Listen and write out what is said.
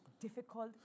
difficult